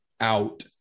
out